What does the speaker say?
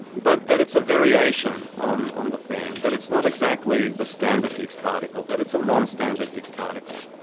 but that it's a variation on on the theme, that it's not exactly the standard higgs particle, that it's a non-standard higgs particle.